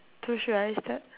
so should I start